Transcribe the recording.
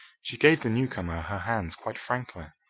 she gave the newcomer her hands quite frankly.